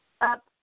up